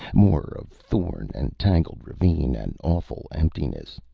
more of thorn and tangled ravine and awful emptiness.